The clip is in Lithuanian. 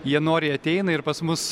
jie noriai ateina ir pas mus